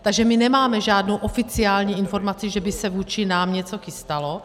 Takže my nemáme žádnou oficiální informaci, že by se vůči nám něco chystalo.